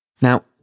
Now